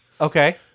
Okay